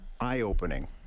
eye-opening